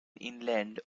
inland